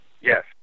Yes